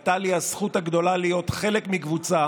הייתה לי הזכות הגדולה להיות חלק מקבוצה